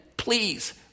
Please